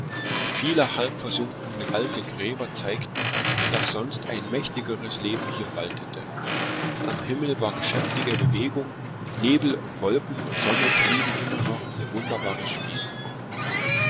viele halb versunkene alte gräber zeigten daß sonst ein mächtigeres leben hier waltete am himmel war geschäftige bewegung nebel und wolken und sonne trieben immer noch ihr wunderbares spiel